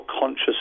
conscious